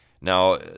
Now